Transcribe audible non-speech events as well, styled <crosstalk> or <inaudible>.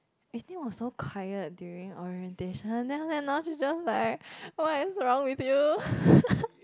Evelyn was so quiet during orientation then after that now she's just like what is wrong with you <laughs>